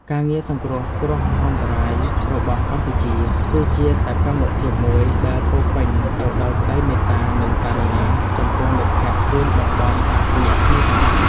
ការងារសង្គ្រោះគ្រោះមហន្តរាយរបស់កម្ពុជា គឺជាសកម្មភាពមួយដែលពោរពេញទៅដោយក្តីមេត្តា និងករុណា ចំពោះមិត្តភក្តិរួមតំបន់អាស៊ីអាគ្នេយ៍ទាំងអស់។